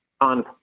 on